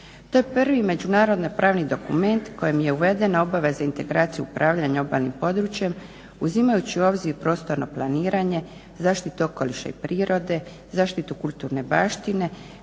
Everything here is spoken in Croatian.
To je prvi međunarodno-pravni dokument kojim je uvedena obaveza integracija upravljanja obalnim područjem uzimajući u obzir prostorno planiranje, zaštitu okoliša i prirode, zaštitu kulturne baštine